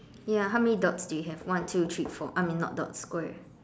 ya how many dots do you have one two three four I mean not dots square